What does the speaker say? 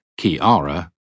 Kiara